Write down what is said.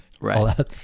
Right